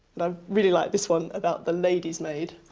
and i really like this one about the lady's maid.